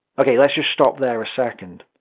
okay, let's just stop there a second.